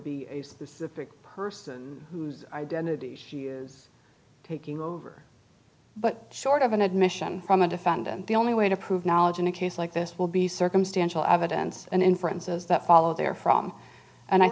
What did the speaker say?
be a specific person whose identity she is taking over but short of an admission from a defendant the only way to prove knowledge in a case like this will be circumstantial evidence and inferences that follow their from and i